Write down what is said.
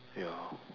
ya